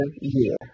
year